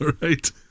Right